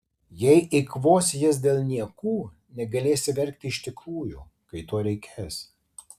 jei eikvosi jas dėl niekų negalėsi verkti iš tikrųjų kai to reikės